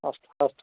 अस्तु अस्तु अस्तु